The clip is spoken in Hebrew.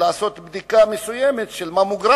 כדי לעשות בדיקת ממוגרפיה,